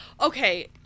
Okay